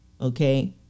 Okay